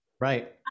Right